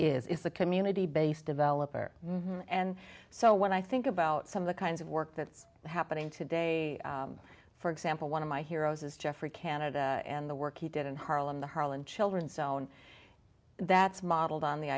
cities is a community based developer and so when i think about some of the kinds of work that's happening today for example one of my heroes is geoffrey canada and the work he did in harlem the harlem children's zone that's modeled on the